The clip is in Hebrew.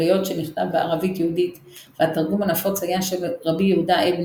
אבל היות שנכתב בערבית יהודית והתרגום הנפוץ היה של רבי יהודה אבן